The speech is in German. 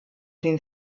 den